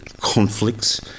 conflicts